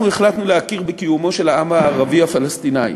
אנחנו החלטנו להכיר בקיומו של העם הערבי הפלסטיני.